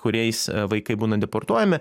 kuriais vaikai būna deportuojami